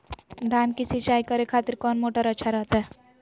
धान की सिंचाई करे खातिर कौन मोटर अच्छा रहतय?